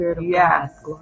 Yes